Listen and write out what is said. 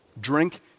Drink